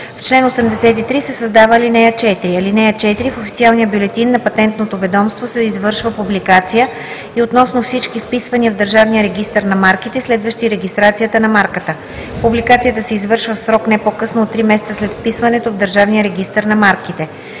„В чл. 83 се създава ал. 4: „(4) В официалния бюлетин на Патентното ведомство се извършва публикация и относно всички вписвания в Държавния регистър на марките, следващи регистрацията на марката. Публикацията се извършва в срок не по-късно от 3 месеца след вписването в Държавния регистър на марките.“